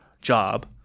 job